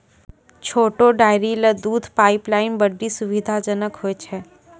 छोटो डेयरी ल दूध पाइपलाइन बड्डी सुविधाजनक होय छै